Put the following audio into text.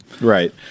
Right